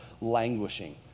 languishing